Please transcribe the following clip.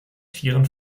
vieren